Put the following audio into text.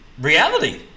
reality